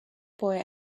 boy